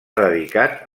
dedicat